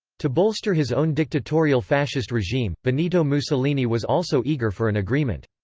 to bolster his own dictatorial fascist regime, benito mussolini was also eager for an agreement.